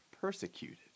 persecuted